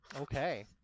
Okay